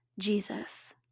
Jesus